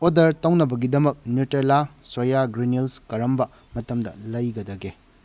order ꯇꯧꯅꯕꯒꯤꯗꯃꯛ ꯅ꯭ꯌꯨꯇ꯭ꯔꯦꯂꯥ ꯁꯣꯌꯥ ꯒ꯭ꯔꯤꯅꯤꯜꯁ ꯀꯔꯝꯕ ꯃꯇꯝꯗ ꯂꯩꯒꯗꯒꯦ